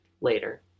later